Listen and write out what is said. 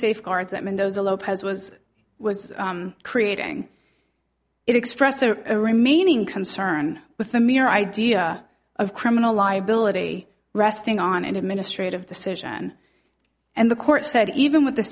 safeguards that mendoza lopez was was creating express or a remaining concern with the mere idea of criminal liability resting on an administrative decision and the court said even with the